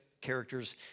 characters